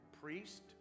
priest